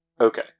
okay